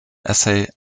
essay